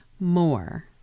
more